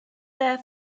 there